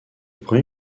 premier